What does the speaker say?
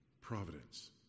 Providence